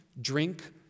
drink